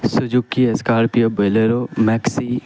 Suzuki scorpio bolero maxi